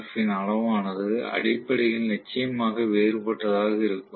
F ன் அளவானது அடிப்படையில் நிச்சயமாக வேறுபட்டதாக இருக்கும்